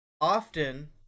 often